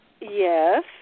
Yes